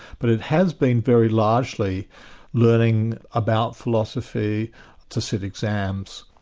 but it has been very largely learning about philosophy to sit exams.